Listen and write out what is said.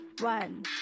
one